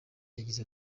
yagize